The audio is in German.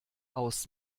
aus